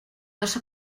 dos